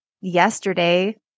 yesterday